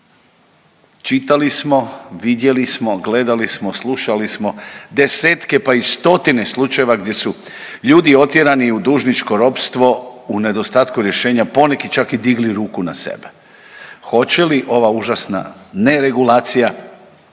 Čitali smo, vidjeli smo, gledali smo, slušali smo desetke pa i stotine slučajeva gdje su ljudi otjerani u dužničko ropstvo u nedostatku rješenja poneki čak i digli ruku na sebe. Hoće li ova užasna neregulacija